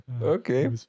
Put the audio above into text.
okay